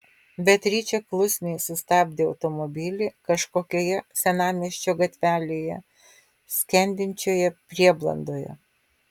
beatričė klusniai sustabdė automobilį kažkokioje senamiesčio gatvelėje skendinčioje prieblandoje